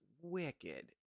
wicked